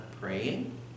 praying